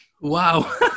Wow